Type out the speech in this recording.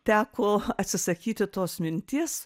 teko atsisakyti tos minties